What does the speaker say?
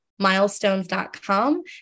milestones.com